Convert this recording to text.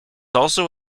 also